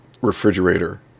refrigerator